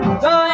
go